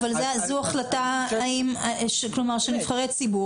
אבל זו החלטה של נבחרי ציבור,